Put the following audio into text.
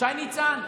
שי ניצן.